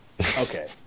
Okay